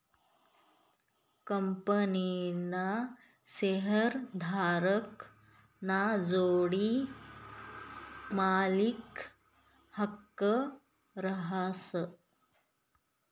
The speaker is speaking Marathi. कंपनीना शेअरधारक ना जोडे मालकी हक्क रहास